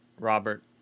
Robert